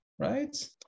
right